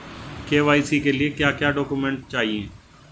KYC के लिए क्या क्या डॉक्यूमेंट चाहिए?